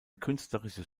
künstlerisches